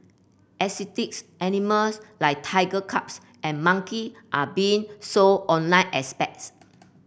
exotics animals like tiger cubs and monkey are being sold online as pets